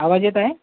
आवाज येत आहे